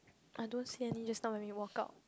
I don't see any just now when we walk out